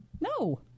No